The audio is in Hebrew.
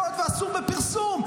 זה סוד אסור בפרסום.